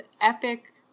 epic